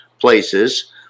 places